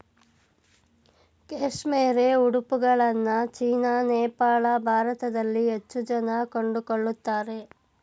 cashmere ಉಡುಪುಗಳನ್ನ China, Nepal, ಭಾರತದಲ್ಲಿ ಹೆಚ್ಚು ಜನ ಕೊಂಡುಕೊಳ್ಳುತ್ತಾರೆ